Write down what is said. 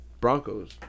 Broncos